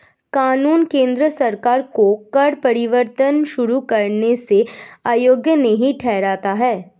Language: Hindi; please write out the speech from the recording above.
कानून केंद्र सरकार को कर परिवर्तन शुरू करने से अयोग्य नहीं ठहराता है